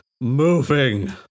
moving